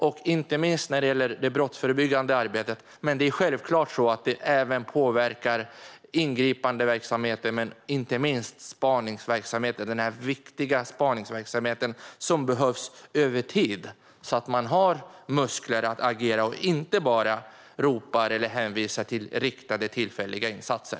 Det påverkar inte minst det brottsförebyggande arbetet men självklart även ingripandeverksamheten och den viktiga spaningsverksamhet som behövs över tid, så att man har muskler att agera och inte bara hänvisar till riktade tillfälliga insatser.